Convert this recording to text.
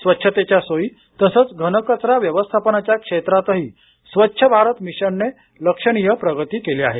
स्वच्छतेच्या सोयी तसंच घनकचरा व्यवस्थापनाच्या क्षेत्रातही स्वच्छ भारत मिशनने लक्षणीय प्रगती केली आहे